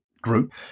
group